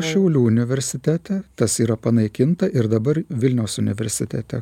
šiaulių universitete tas yra panaikinta ir dabar vilniaus universitete